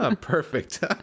Perfect